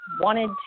wanted